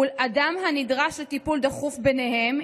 אדם הנדרש לטיפול דחוף ביניהם,